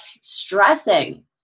stressing